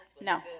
No